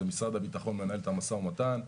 משרד הביטחון מנהל את המשא ומתן,